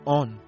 on